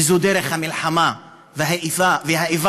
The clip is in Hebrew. וזו דרך המלחמה והאיבה,